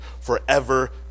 forever